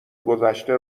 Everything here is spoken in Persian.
گذشته